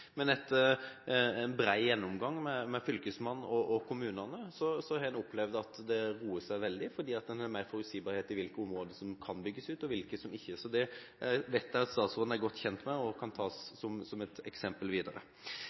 Men etter en bred gjennomgang med Fylkesmannen og kommunene har en opplevd at det har roet seg veldig, fordi det er mer forutsigbart hvilke områder som kan bygges ut, og hvilke som ikke kan bygges ut. Dette vet jeg at statsråden er godt kjent med, og det kan tas som et eksempel videre.